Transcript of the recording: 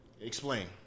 Explain